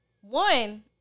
one